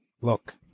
look